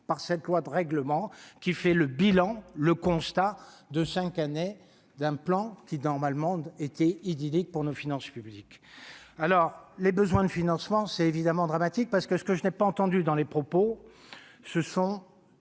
par cette loi de règlement qui fait le bilan, le constat de 5 années d'un plan qui dorment allemande été idyllique pour nos finances publiques, alors les besoins de financement c'est évidemment dramatique parce que ce que je n'ai pas entendu dans les propos, ce sont